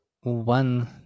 one